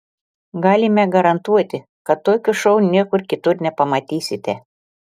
galime garantuoti kad tokio šou niekur kitur nepamatysite